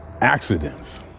accidents